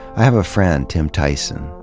i have a friend, tim tyson,